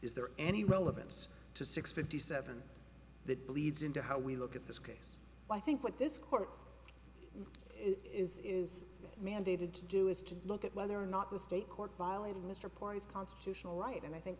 is there any relevance to six fifty seven that bleeds into how we look at this case i think what this court is is mandated to do is to look at whether or not the state court bali mr parr is constitutional right and i think